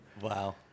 Wow